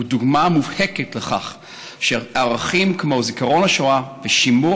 הוא דוגמה מובהקת לכך שערכים כמו זיכרון השואה ושימור